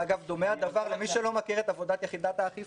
ואגב למי שלא מכיר את עבודת האכיפה,